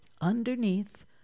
Underneath